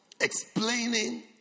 Explaining